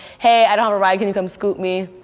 hey i don't have a ride, can you come scoop me?